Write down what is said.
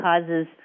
causes